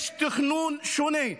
יש תכנון שונה.